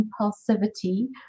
impulsivity